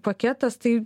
paketas tai